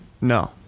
no